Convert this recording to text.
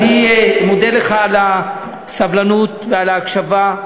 אני מודה לך על הסבלנות ועל ההקשבה.